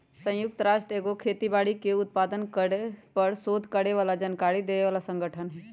संयुक्त राष्ट्र खाद्य एगो खेती बाड़ी के उत्पादन पर सोध करे बला जानकारी देबय बला सँगठन हइ